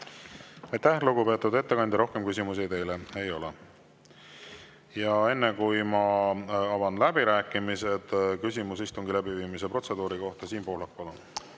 Aitäh, lugupeetud ettekandja! Rohkem küsimusi teile ei ole. Enne, kui ma avan läbirääkimised, on küsimus istungi läbiviimise protseduuri kohta. Siim Pohlak, palun!